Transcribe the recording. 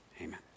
amen